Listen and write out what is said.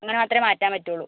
അങ്ങനെ മാത്രമേ മാറ്റാൻ പറ്റുള്ളു